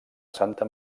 santa